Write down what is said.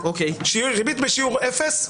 ריבית בשיעור אפס,